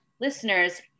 listeners